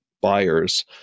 buyers